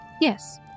Yes